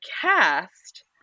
cast